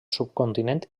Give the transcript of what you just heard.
subcontinent